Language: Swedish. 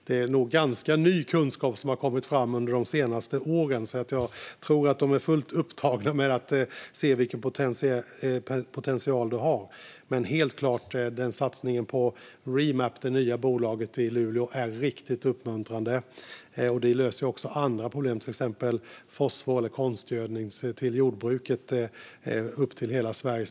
Det är ganska ny kunskap som har kommit fram under de senaste åren, och jag tror att de är fullt upptagna med att se vilken potential som finns. Helt klart är att satsningen på Reemap, det nya bolaget i Luleå, är riktigt uppmuntrande. Satsningen löser också andra problem, till exempel fosfor och konstgödning till jordbruket för hela Sverige.